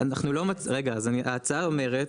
רגע אז ההצעה אומרת,